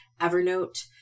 Evernote